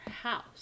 house